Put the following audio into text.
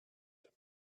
gut